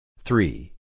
three